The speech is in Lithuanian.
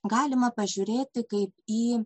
galima pažiūrėti kaip į